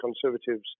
Conservatives